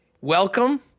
welcome